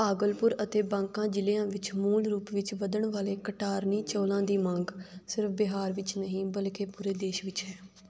ਪਾਗਲਪੁਰ ਅਤੇ ਬਾਂਕਾ ਜ਼ਿਲ੍ਹਿਆਂ ਵਿੱਚ ਮੂਲ ਰੂਪ ਵਿੱਚ ਵਧਣ ਵਾਲੇ ਕਟਾਰਨੀ ਚੌਲਾਂ ਦੀ ਮੰਗ ਸਿਰਫ ਬਿਹਾਰ ਵਿੱਚ ਨਹੀਂ ਬਲਕਿ ਪੂਰੇ ਦੇਸ਼ ਵਿੱਚ ਹੈ